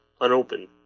unopened